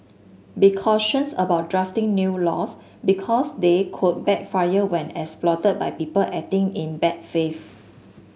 be cautious about drafting new laws because they could backfire when exploited by people acting in bad faith